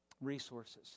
resources